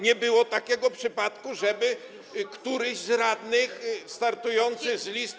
Nie było takiego przypadku, żeby któryś z radnych startujących z listy.